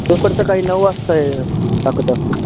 पेपरचं काही नऊ वाजता टाकत असतो